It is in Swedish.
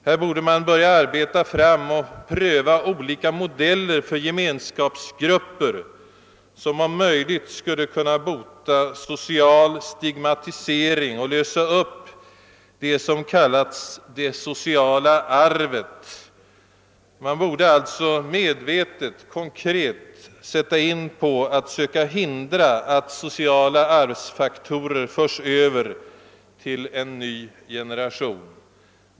Här borde man börja arbeta fram och praktiskt pröva olika modeller för gemenskapsgrupper, som om möjligt skulle kunna bota social stigmatisering och lösa upp det som kallats det sociala arvet. Man borde alltså medvetet och konkret vidta åtgärder för att åtminstone försöka hindra att sociala arvsfaktorer förs över till en ny generation.